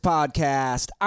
Podcast